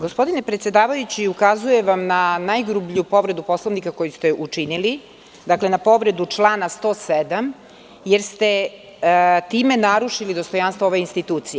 Gospodine predsedavajući, ukazujem vam na najgrublju povredu Poslovnika koju ste učinili, na povredu člana 107, jer ste time narušili dostojanstvo ove institucije.